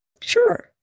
Sure